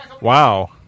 Wow